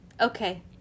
Okay